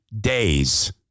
days